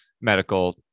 medical